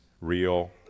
real